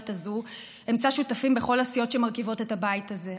הזאת אמצא שותפים בכל הסיעות שמרכיבות את הבית הזה.